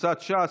קבוצת סיעת ש"ס,